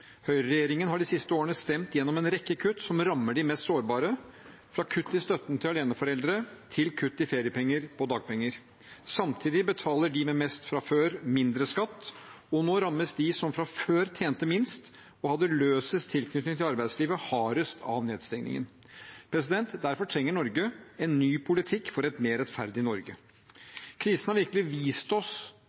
Høyreregjeringen har de siste årene fått stemt igjennom en rekke kutt som rammer de mest sårbare – fra kutt i støtten til aleneforeldre til kutt i feriepenger og dagpenger. Samtidig betaler de med mest fra før mindre skatt, og nå rammes de som fra før tjente minst og hadde løsest tilknytning til arbeidslivet, hardest av nedstengningen. Derfor trenger Norge en ny politikk for et mer rettferdig Norge. Krisen har virkelig vist oss